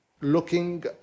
looking